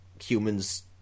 humans